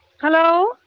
hello